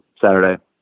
Saturday